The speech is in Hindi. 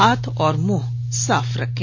हाथ और मुंह साफ रखें